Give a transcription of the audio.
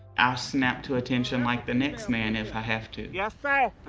ah snap to attention like the next man if i have to. yes, sir.